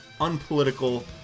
unpolitical